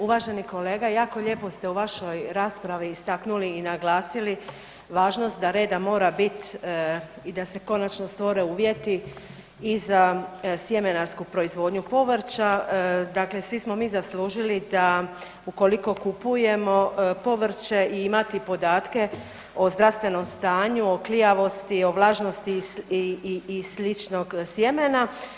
Uvaženi kolega jako lijepo ste u vašoj raspravi istaknuli i naglasili da reda mora biti i da se konačno stvore uvjeti i za sjemenarsku proizvodnju povrća, dakle svi smo mi zaslužili da ukoliko kupujemo povrće imati podatke o zdravstvenom stanju, o klijavosti, o vlažnosti i sličnog sjemena.